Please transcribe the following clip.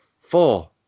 four